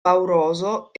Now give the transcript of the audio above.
pauroso